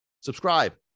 Subscribe